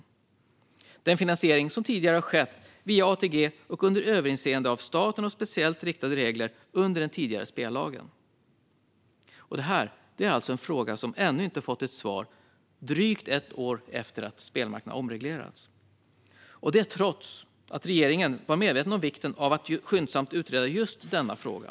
Det är en finansiering som tidigare har skett via ATG, under överinseende av staten och med speciellt riktade regler under den tidigare spellagen. Det här är alltså en fråga som drygt ett år efter att spelmarknaden omreglerats ännu inte fått något svar, detta trots att regeringen var medveten om vikten av att skyndsamt utreda just denna fråga.